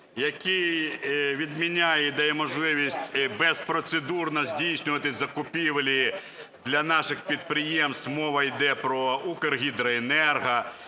який відміняє і дає можливість безпроцедурно здійснювати закупівлі для наших підприємств: мова йде про Укргідроенерго,